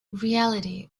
reality